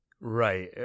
Right